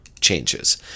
changes